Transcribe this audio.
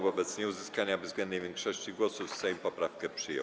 Wobec nieuzyskania bezwzględnej większości głosów Sejm poprawkę przyjął.